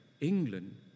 England